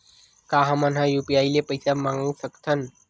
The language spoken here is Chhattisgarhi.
का हमन ह यू.पी.आई ले पईसा मंगा सकत हन?